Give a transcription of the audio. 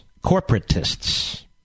corporatists